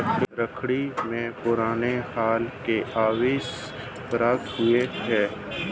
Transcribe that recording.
राखीगढ़ी में पुराने हल के अवशेष प्राप्त हुए हैं